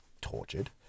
tortured